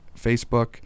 Facebook